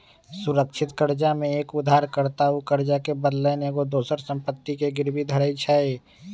सुरक्षित करजा में एक उद्धार कर्ता उ करजा के बदलैन एगो दोसर संपत्ति के गिरवी धरइ छइ